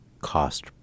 cost